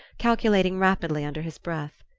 calculating rapidly under his breath.